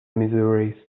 missouri